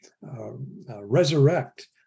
resurrect